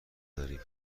داریم